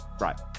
Right